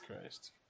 Christ